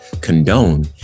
condone